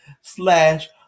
slash